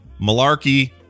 malarkey